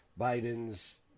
Biden's